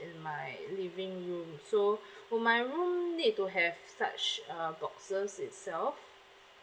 in my living room so will my room need to have such uh boxes itself